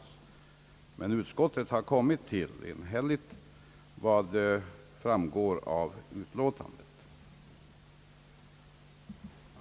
Utskottet har dock enhälligt kommit fram till det ställningstagande som framgår av utlåtandet.